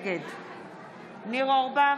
נגד ניר אורבך,